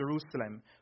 Jerusalem